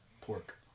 pork